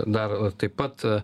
dar taip pat